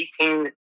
18